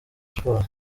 sports